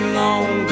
long